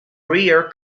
rear